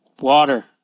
Water